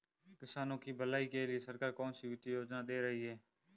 किसानों की भलाई के लिए सरकार कौनसी वित्तीय योजना दे रही है?